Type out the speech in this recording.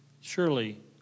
Surely